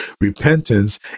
Repentance